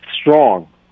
strong